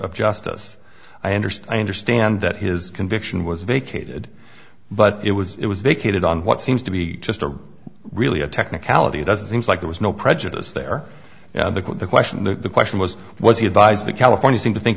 of justice i understood i understand that his conviction was vacated but it was it was vacated on what seems to be just a really a technicality doesn't seems like there was no prejudice there and the court the question the question was was he advised to california seem to think